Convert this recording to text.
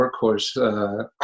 workhorse